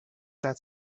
that